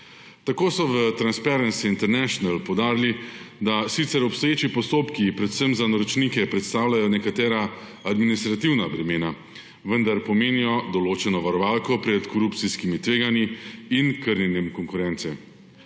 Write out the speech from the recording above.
Tako so v Transparency International poudarili, da sicer obstoječi postopki predvsem za naročnike predstavljajo nekatera administrativna bremena, vendar pomenijo določeno varovalko pred korupcijskimi tveganji in krnjenjem konkurence.